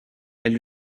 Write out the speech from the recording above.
elle